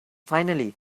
finally